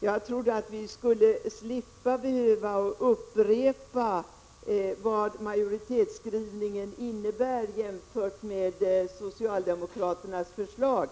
Jag trodde att vi skulle slippa upprepa vad majoritetsskrivningen innebär jämfört med socialdemokraternas förslag.